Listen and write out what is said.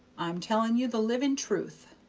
i'm telling you the living truth,